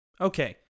okay